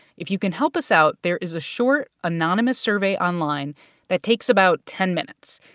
if you can help us out, there is a short anonymous survey online that takes about ten minutes.